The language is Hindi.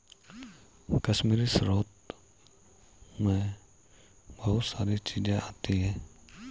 कश्मीरी स्रोत मैं बहुत सारी चीजें आती है